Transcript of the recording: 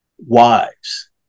Wives